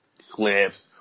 slips